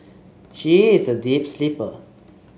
she is a deep sleeper